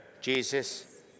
Jesus